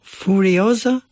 furiosa